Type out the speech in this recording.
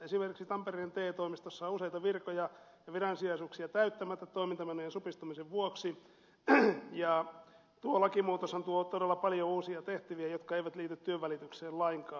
esimerkiksi tampereen te toimistossa on useita virkoja ja viransijaisuuksia täyttämättä toimintamenojen supistamisen vuoksi ja tuo lakimuutoshan tuo todella paljon uusia tehtäviä jotka eivät liity työnvälitykseen lainkaan